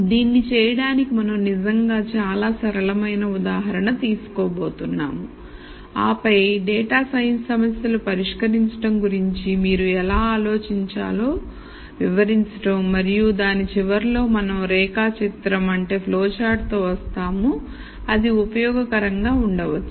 దీన్ని చేయడానికి మనం నిజంగా చాలా సరళమైన ఉదాహరణ తీసుకోబోతున్నాము ఆపై డేటా సైన్స్ సమస్యలు పరిష్కరించడం గురించి మీరు ఎలా ఆలోచించాలో వివరించడం మరియు దాని చివరలో మనం రేఖ చిత్రం తో వస్తాము అది ఉపయోగకరంగా ఉండవచ్చు